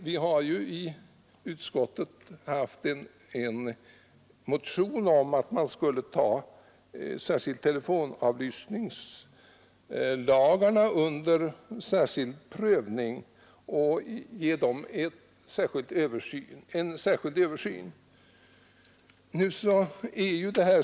Vi har i utskottet behandlat en motion i vilken bl.a. begärs att samtliga lagrum som gäller telefonavlyssning skall tas upp till prövning och ges en särskild översyn.